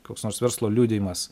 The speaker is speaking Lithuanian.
koks nors verslo liudijimas